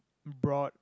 brought